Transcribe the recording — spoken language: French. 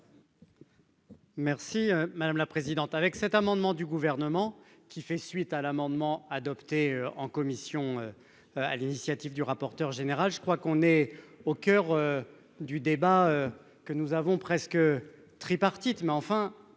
Merci madame la présidente, avec cet amendement du gouvernement qui fait suite à l'amendement adopté en commission à l'initiative du rapporteur général, je crois qu'on est au coeur du débat que nous avons presque tripartite